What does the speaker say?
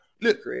look